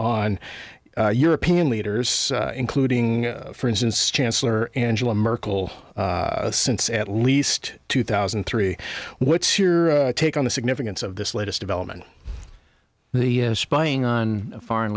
on european leaders including for instance chancellor angela merkel since at least two thousand and three what's your take on the significance of this latest development the spying on foreign